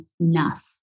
enough